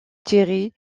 thierry